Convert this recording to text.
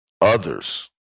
others